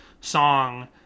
song